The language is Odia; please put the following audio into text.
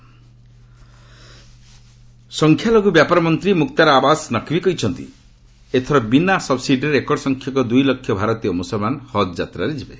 ହକ୍ ସଂଖ୍ୟାଲଘୁ ବ୍ୟାପାର ମନ୍ତ୍ରୀ ମୁକ୍ତାର ଆବାସ ନକ୍ତି କହିଛନ୍ତି ଯେ ଏଥର ବିନା ସବ୍ସିଡିରେ ରେକର୍ଡ୍ ସଂଖ୍ୟକ ଦୁଇ ଲକ୍ଷ ଭାରତୀୟ ମୁସଲମାନ ହଜ୍ ଯାତ୍ରାରେ ଯିବେ